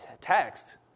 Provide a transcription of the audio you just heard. text